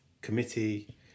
committee